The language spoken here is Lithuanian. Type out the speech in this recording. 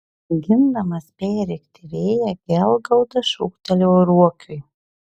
mėgindamas perrėkti vėją gedgaudas šūktelėjo ruokiui